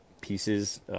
pieces